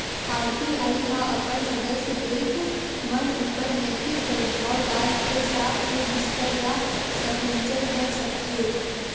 RBI ह अपन सदस्य बेंक मन ऊपर नैतिक परभाव डाल के साख के बिस्तार या संकुचन कर सकथे